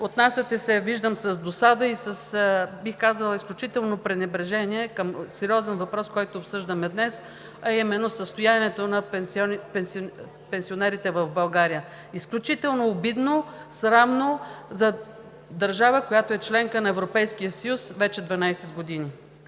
отнасяте се, виждам, с досада и, бих казала, с изключително пренебрежение към сериозен въпрос, който обсъждаме днес, а именно състоянието на пенсионерите в България. Изключително обидно, срамно за държава, която е членка на Европейския съюз вече 12 години.